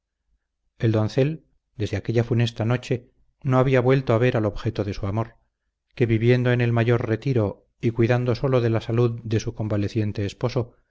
el doncel desde aquella funesta noche no había vuelto a ver al objeto de su amor que viviendo en el mayor retiro y cuidando sólo de la salud de su convaleciente esposo